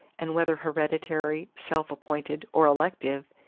and whether hereditary, self-appointed, or elective,